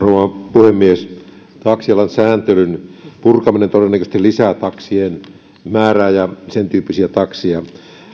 puhemies taksialan sääntelyn purkaminen todennäköisesti lisää taksien määrää ja sentyyppisiä takseja